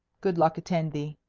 good luck attend thee.